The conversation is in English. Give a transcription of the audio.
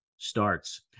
Starts